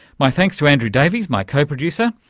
my thanks to andrew davies, my co-producer,